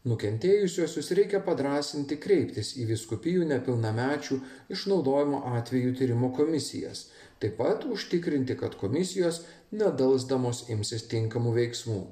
nukentėjusiuosius reikia padrąsinti kreiptis į vyskupijų nepilnamečių išnaudojimo atvejų tyrimų komisijas taip pat užtikrinti kad komisijos nedelsdamos imsis tinkamų veiksmų